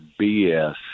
BS